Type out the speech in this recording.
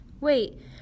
Wait